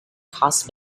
cost